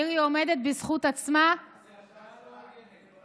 עיר עומדת בזכות עצמה, זה השוואה לא הוגנת.